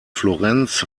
florenz